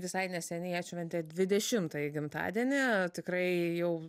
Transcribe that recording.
visai neseniai atšventė dvidešimtąjį gimtadienį tikrai jau